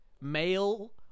male